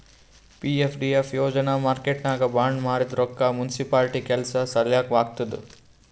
PFDF ಯೋಜನಾ ಮಾರ್ಕೆಟ್ನಾಗ್ bond ಮಾರಿದ್ ರೊಕ್ಕಾ ಮುನ್ಸಿಪಾಲಿಟಿ ಕೆಲ್ಸಾ ಸಲಾಕ್ ಹಾಕ್ತುದ್